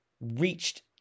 reached